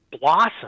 blossom